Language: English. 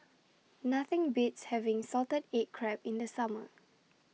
Nothing Beats having Salted Egg Crab in The Summer